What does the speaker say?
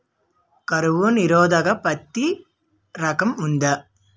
కరువు నిరోధక పత్తి రకం ఉందా?